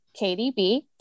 KDB